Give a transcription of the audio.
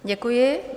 Děkuji.